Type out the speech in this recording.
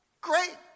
Great